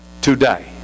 today